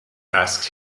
asked